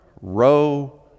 row